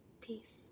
Peace